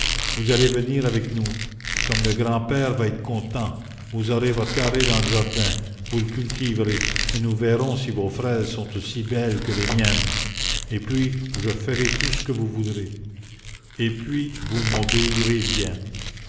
vous allez venir avec nous comme le grand-père va être content vous aurez votre carré dans le jardin vous le cultiverez et nous verrons si vos fraises sont aussi belles que les miennes et puis je ferai tout ce que vous voudrez et puis vous m'obéirez bien